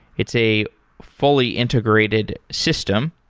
it's a fully integrated system.